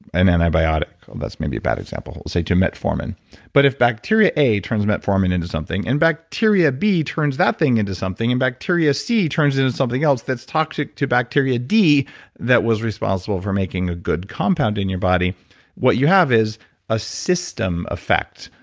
an antibiotic. that's maybe a bad example. say to metformin but if bacteria a turns metformin into something and bacteria b turns that thing into something and bacteria c turns it into something else that's toxic to bacteria d that was responsible for making a good compound in your body what you have is a system effect,